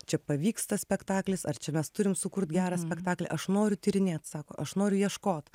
čia pavyks tas spektaklis ar čia mes turim sukurt gerą spektaklį aš noriu tyrinėt sako aš noriu ieškot